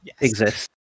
exists